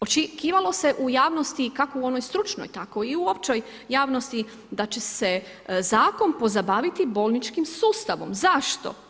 Očekivalo se u javnosti, kako u onoj stručnoj, tako i u općoj javnosti da će se zakon pozabaviti bolničkim sustavom, zašto?